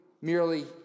merely